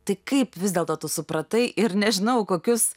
tai kaip vis dėlto tu supratai ir nežinau kokius